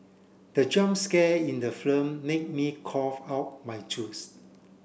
the jump scare in the film made me cough out my juice